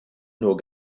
nur